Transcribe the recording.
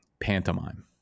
pantomime